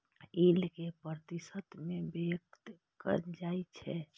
yield कें प्रतिशत मे व्यक्त कैल जाइ छै